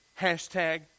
Hashtag